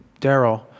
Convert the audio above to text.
Daryl